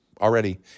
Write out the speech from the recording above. already